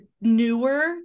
newer